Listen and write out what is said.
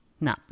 No